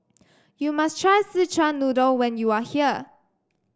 you must try Szechuan Noodle when you are here